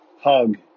hug